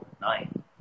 nine